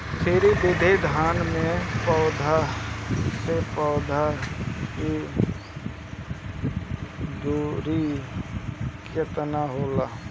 श्री विधि धान में पौधे से पौधे के दुरी केतना होला?